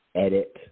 edit